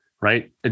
right